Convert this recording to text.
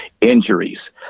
injuries